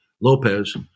Lopez